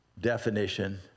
definition